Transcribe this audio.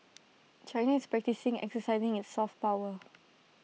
China is practising exercising its soft power